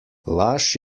laž